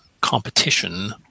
competition